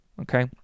Okay